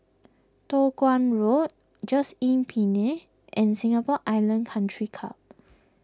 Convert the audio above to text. Toh Guan Road Just Inn Pine and Singapore Island Country Club